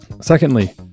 Secondly